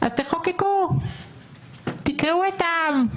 אז תחוקקו, תקרעו את העם,